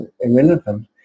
irrelevant